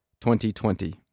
2020